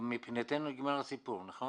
מבחינתנו נגמר הסיפור, נכון?